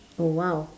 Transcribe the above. oh !wow!